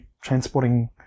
transporting